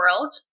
world